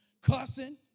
Cussing